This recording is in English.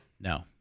No